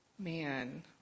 Man